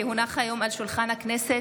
כי הונחו היום על שולחן הכנסת,